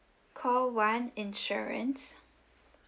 call one insurance